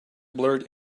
blurred